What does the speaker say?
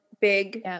big